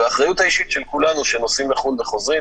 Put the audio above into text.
והאחריות האישית של כולנו, שנוסעים לחו"ל וחוזרים.